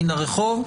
מהרחוב.